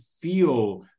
feel